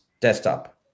desktop